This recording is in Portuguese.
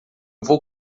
vou